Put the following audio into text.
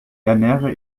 ernähre